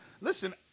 listen